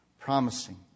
promising